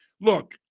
Look